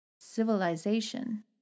Civilization